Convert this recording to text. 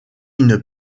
une